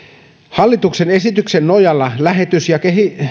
hallituksen esityksen nojalla lähetys ja